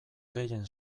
gehien